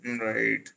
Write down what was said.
Right